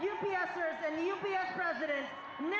you know